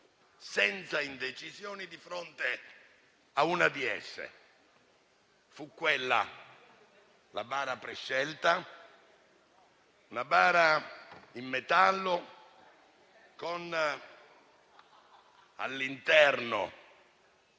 senza indecisioni di fronte a una di esse: fu quella la bara prescelta, una bara in metallo con all'interno